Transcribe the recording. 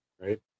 right